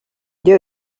there